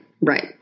right